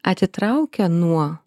atitraukia nuo